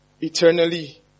eternally